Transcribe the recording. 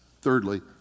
Thirdly